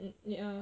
ya